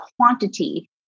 quantity